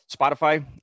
Spotify